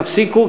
תפסיקו,